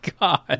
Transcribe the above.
god